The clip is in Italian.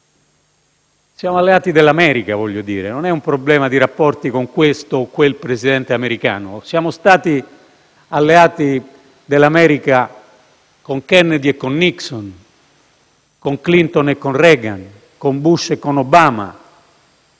Siamo alleati dell'America, non è un problema di rapporti con questo o quel Presidente americano. Siamo stati alleati dell'America con Kennedy e con Nixon, con Clinton e con Reagan, con Bush e con Obama